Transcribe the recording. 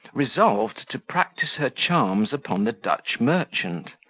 resolved to practise her charms upon the dutch merchant.